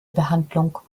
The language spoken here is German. behandlung